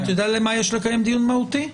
יש לקיים דיון מהותי להתייצבות.